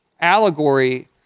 allegory